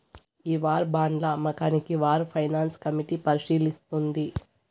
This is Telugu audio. ఈ వార్ బాండ్ల అమ్మకాన్ని వార్ ఫైనాన్స్ కమిటీ పరిశీలిస్తుంది